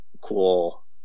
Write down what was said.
cool